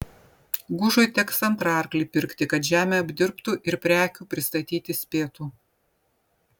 gužui teks antrą arklį pirkti kad žemę apdirbtų ir prekių pristatyti spėtų